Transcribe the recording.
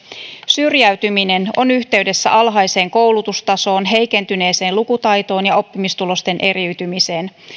syrjäytyminen on yhteydessä alhaiseen koulutustasoon heikentyneeseen lukutaitoon ja oppimistulosten eriytymiseen